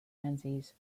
menzies